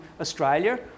Australia